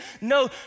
no